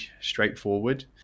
straightforward